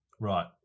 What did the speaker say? Right